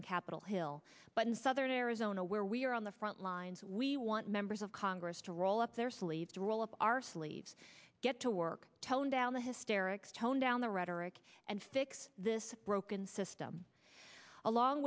in capitol hill but in southern arizona where we are on the front lines we want members of congress to roll up their sleeves roll up our sleeves get to work tone down the hysterics tone down the rhetoric and fix this broken system along